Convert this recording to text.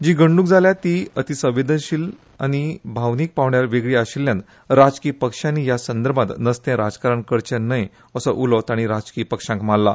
जी घडणूक जाल्या ती अतीसंवेदनशील आनी भावनीक पांवड्यार वेगळी आशिल्ल्यान राजकी पक्षांनी ह्या संदर्भांत नस्तें राजकारण करचें न्हय असो उलो तांणी राजकीय पक्षांक मारला